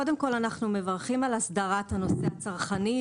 קודם כל אנחנו מברכים על הסדרת הנושא הצרכני,